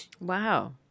Wow